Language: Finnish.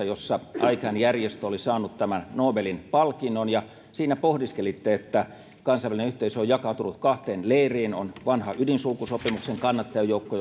jossa ican järjestö oli saanut nobelin palkinnon ja siinä pohdiskelitte että kansainvälinen yhteisö on jakautunut kahteen leiriin on vanha ydinsulkusopimuksen kannattajajoukko